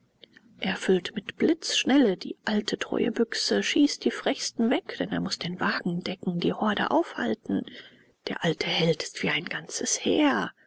füllt mit blitzschnelle die alte treue büchse schießt die frechsten weg denn er muß den wagen decken die horde aufhalten der alte held ist wie ein ganzes heer